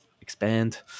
expand